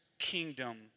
kingdom